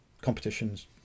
competitions